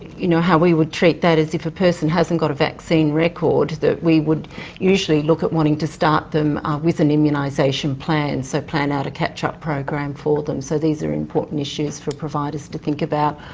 you know how we would treat that as if a person hasn't got a vaccine record that we would usually look at wanting to start them with an immunisation plan. so plan out a catch-up program for them. so these are important issues for providers to think about.